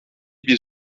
bir